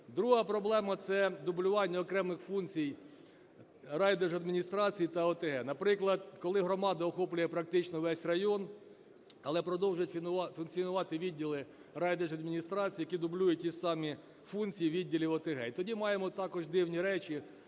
Друга проблема – це дублювання окремих функцій райдержадміністрацій та ОТГ. Наприклад, коли громада охоплює практично весь район, але продовжують функціонувати відділи райдержадміністрацій, які дублюють ті ж самі функції відділів ОТГ. І тоді маємо також дивні речі,